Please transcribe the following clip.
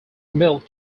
milk